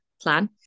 plan